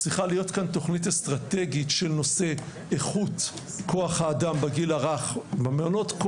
צריכה להיות כאן תוכנית אסטרטגית של נושא חוץ כוח אדם בגיל הרך במעונות,